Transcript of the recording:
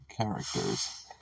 characters